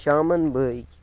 شامَن بٲگۍ